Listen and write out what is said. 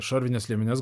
šarvines liemenes